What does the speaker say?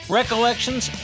recollections